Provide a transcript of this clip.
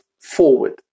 forward